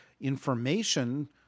information